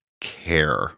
care